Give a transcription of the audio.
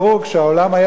כשהעולם היה עולם,